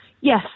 Yes